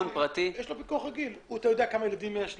יש לו פיקוח רגיל, אתה יודע כמה ילדים יש לו.